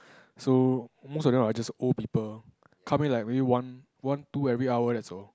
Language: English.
so most of them are just old people come in like maybe one one two every hour that's all